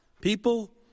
People